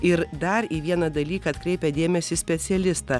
ir dar į vieną dalyką atkreipia dėmesį specialistą